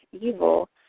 evil